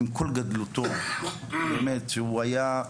עם כל גדלותו באמת שהוא היה,